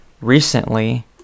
recently